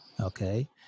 Okay